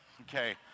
okay